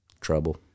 trouble